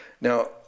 Now